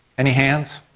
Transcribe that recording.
any hands?